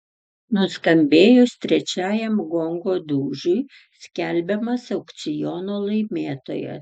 nuskambėjus trečiajam gongo dūžiui skelbiamas aukciono laimėtojas